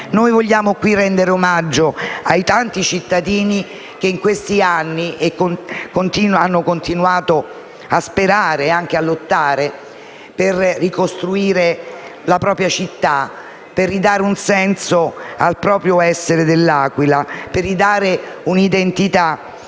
sede vogliamo rendere omaggio ai tanti cittadini che negli ultimi anni hanno continuato a sperare e anche a lottare per ricostruire la propria città e ridare un senso all'essere dell'Aquila e un'identità